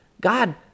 God